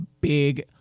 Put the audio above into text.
big